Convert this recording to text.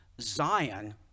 Zion